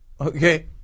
Okay